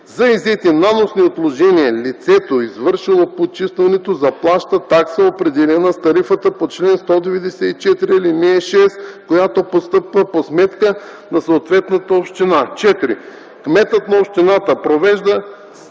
за иззетите наносни отложения лицето, извършило почистването, заплаща такса, определена с тарифата по чл. 194, ал. 6, която постъпва по сметка на съответната община; 4. кметът на общината превежда